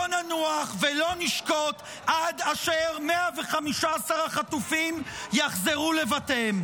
לא ננוח ולא נשקוט עד אשר 115 החטופים יחזרו לבתיהם.